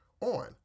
on